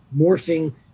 morphing